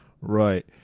Right